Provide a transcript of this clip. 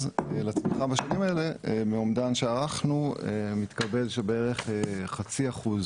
לצמיחה בשנים האלה מאומדן שערכנו מתקבל שבערך חצי אחוז